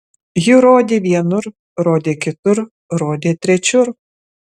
ji rodė vienur rodė kitur rodė trečiur